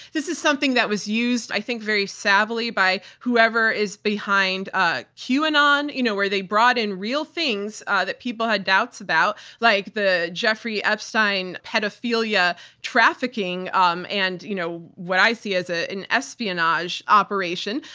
this is something that was used, i think very savvily, by whoever is behind ah qanon you know where they brought in real things that people had doubts about, like the jeffrey epstein pedophilia trafficking um and you know what i see as ah an espionage operation.